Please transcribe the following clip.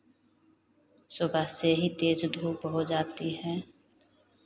सुबह से ही तेज़ धूप हो जाती है